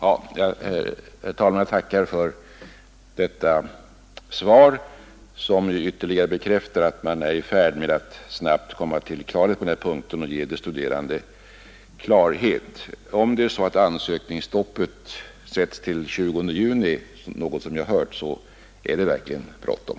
Herr talman! Jag tackar för detta besked, som ytterligare bekräftar att man är i färd med att snabbt komma till klarhet på denna punkt för att kunna ge de studerande de uppgifter de behöver. Om utgången av ansökningstiden, som jag hört sägas, sätts till den 20 juni, är det verkligen bråttom.